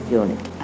unit